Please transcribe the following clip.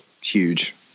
huge